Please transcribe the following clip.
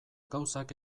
gauzak